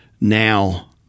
now